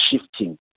shifting